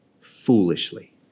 foolishly